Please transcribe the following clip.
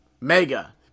mega